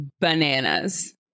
bananas